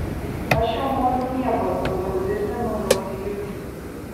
aš jau noriu miego toliau zirzė mažoji juki